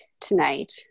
tonight